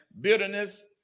bitterness